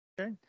Okay